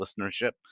listenership